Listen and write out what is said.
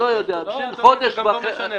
לא משנה.